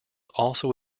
also